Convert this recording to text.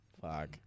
Fuck